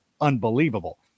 unbelievable